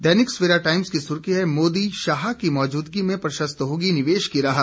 दैनिक Savera Times की सुर्खी है मोदी शाह की मौजूदगी में प्रशस्त होगी निवेश की राह